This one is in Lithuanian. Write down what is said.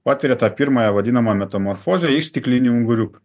patiria tą pirmąją vadinamą metamorfozę į stiklinį unguriuką